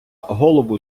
голову